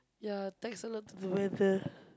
ya thanks a lot to the weather